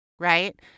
right